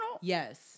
Yes